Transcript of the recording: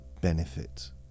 benefit